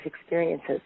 experiences